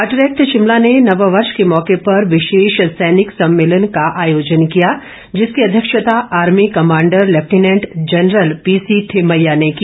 ARTRAC Shimla ने नववर्ष के मौके पर विशेष सैनिक सम्मेलन का आयोजन किया जिसकी अध्यक्षता army commander lieutenant general PC Thimmaiah ने की